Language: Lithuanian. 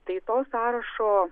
tai to sąrašo